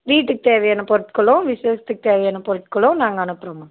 வீட்டுக்குத் தேவையான பொருட்களும் விஷேசத்துக்கு தேவையான பொருட்களும் நாங்கள் அனுப்புறோம்மா